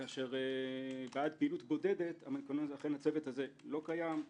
בעד פעילות בודדת הצוות הזה לא קיים.